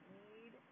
need